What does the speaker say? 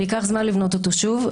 וייקח זמן לבנות אותו שוב,